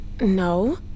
No